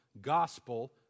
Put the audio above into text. gospel